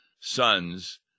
sons